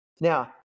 Now